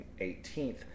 18th